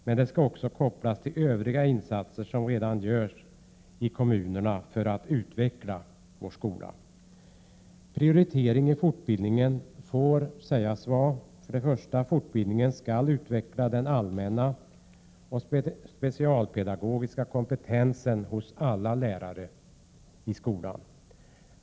Men det skall också kopplas till övriga insatser som redan görs i kommunerna för att utveckla vår skola. Prioriteringen i fortbildningen får sägas gälla följande: Prot. 1987/88:101 1. Fortbildningen skall utveckla den allmänna och specialpedagogiska 15apfil 1988 kompetensen hos alla lärare i skolan.